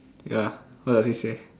ya what does it say